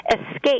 escape